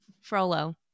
Frollo